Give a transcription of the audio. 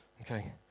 Okay